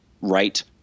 right